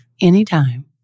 Anytime